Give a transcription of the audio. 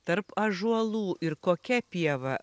tarp ąžuolų ir kokia pieva